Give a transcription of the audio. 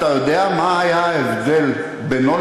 אתה יודע מה היה ההבדל בינו,